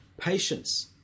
Patience